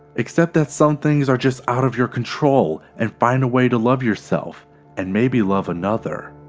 accept that some things are just out of your control and find a way to love yourself and maybe love another.